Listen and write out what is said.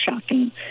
shocking